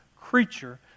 creature